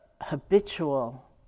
habitual